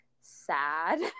sad